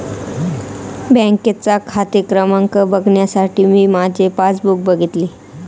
बँकेचा खाते क्रमांक बघण्यासाठी मी माझे पासबुक बघितले